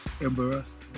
embarrassed